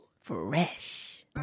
Fresh